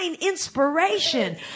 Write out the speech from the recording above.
inspiration